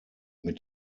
mit